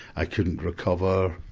i couldn't recover.